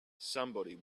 somebody